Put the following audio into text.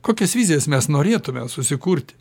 kokias vizijas mes norėtume susikurti